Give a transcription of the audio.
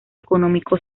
económico